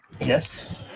Yes